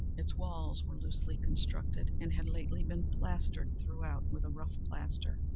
its walls were loosely constructed, and had lately been plastered throughout with a rough plaster,